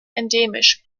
endemisch